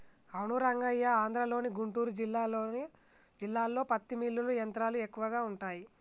అవును రంగయ్య ఆంధ్రలోని గుంటూరు జిల్లాలో పత్తి మిల్లులు యంత్రాలు ఎక్కువగా ఉంటాయి